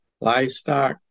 livestock